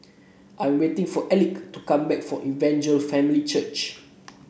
I'm waiting for Elick to come back from Evangel Family Church